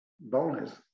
bonus